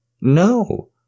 No